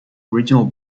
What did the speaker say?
original